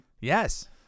Yes